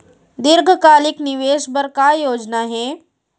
दीर्घकालिक निवेश बर का योजना हे?